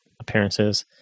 appearances